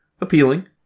Appealing